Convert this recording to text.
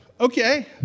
okay